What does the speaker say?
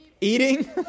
Eating